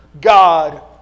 God